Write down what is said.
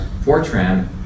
Fortran